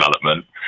development